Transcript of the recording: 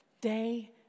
day